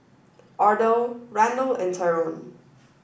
Ardelle Randal and Tyron